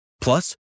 Plus